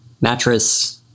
Mattress